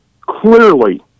clearly